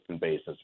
basis